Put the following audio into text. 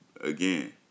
Again